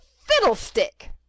fiddlestick